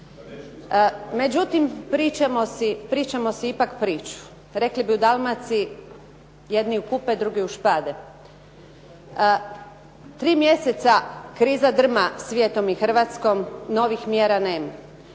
Međutim, pričamo si ipak priču. Rekli bi u Dalmaciji jedni u kupe, drugi u špade. Tri mjeseca kriza drma svijetom i Hrvatskom, novih mjera nema.